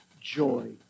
joy